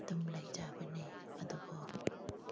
ꯑꯗꯨꯝ ꯂꯩꯖꯕꯅꯦ ꯑꯗꯨꯕꯨ